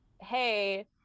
hey